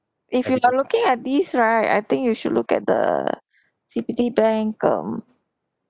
if you are looking at these right I think you should look at the citibank um